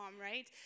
right